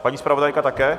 Paní zpravodajka také?